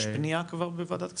יש פנייה כבר בוועדת כספים?